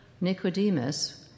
Nicodemus